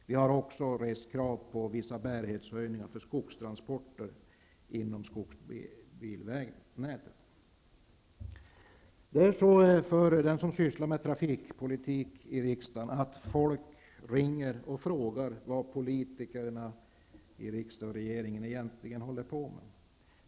Vi har också rest krav på vissa bärighetshöjnignar av skogstransporter inom skogsbilvägnätet. Den som sysslar med trafikpolitik i riksdagen får vara beredd på att folk ringer och frågar vad politikerna i riksdagen och regeringen egentligen håller på med.